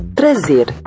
trazer